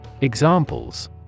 Examples